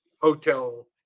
hotel